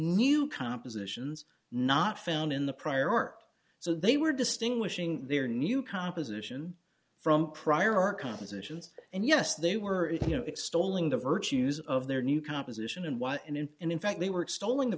new compositions not found in the prior art so they were distinguishing their new composition from prior art compositions and yes they were if you know extolling the virtues of their new composition and why and in and in fact they were extolling the